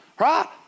Right